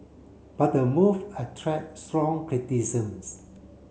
but the move attract strong criticism